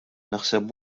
naħseb